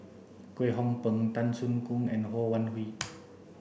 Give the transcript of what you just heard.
Kwek Hong Png Tan Soo Khoon and Ho Wan Hui